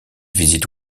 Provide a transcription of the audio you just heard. visite